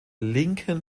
linken